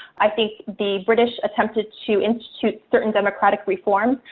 i think the british attempted to institute certain democratic reforms,